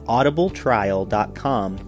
Audibletrial.com